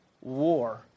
war